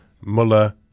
Muller